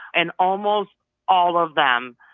and almost all of them,